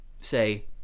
say